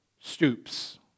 stoops